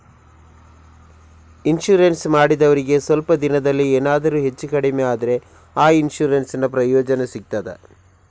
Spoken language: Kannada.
ಇನ್ಸೂರೆನ್ಸ್ ಮಾಡಿದವರಿಗೆ ಸ್ವಲ್ಪ ದಿನದಲ್ಲಿಯೇ ಎನಾದರೂ ಹೆಚ್ಚು ಕಡಿಮೆ ಆದ್ರೆ ಆ ಇನ್ಸೂರೆನ್ಸ್ ನ ಪ್ರಯೋಜನ ಸಿಗ್ತದ?